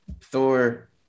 Thor